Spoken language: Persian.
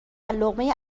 لقمه